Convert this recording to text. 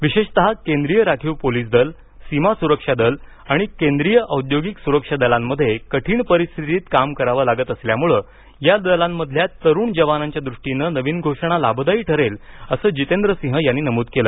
विशेषतः केंद्रीय राखीव पोलिस दल सीमा सुरक्षा दल आणि केंद्रीय औद्योगिक सुरक्षा दलांमध्ये कठीण परिस्थितीत काम करावं लागत असल्यानं या दलांमधल्या तरुण जवानांच्या दृष्टीनं नवीन घोषणा लाभदायी ठरेल असं जितेंद्रसिंह यांनी नमूद केलं